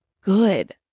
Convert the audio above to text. good